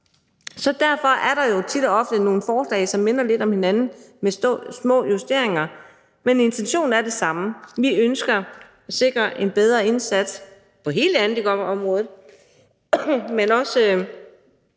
Derfor er der jo tit og ofte nogle forslag, som minder lidt om hinanden. Der er små justeringer, men intentionen er den samme: Vi ønsker at sikre en bedre indsats på hele handicapområdet, men